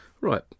right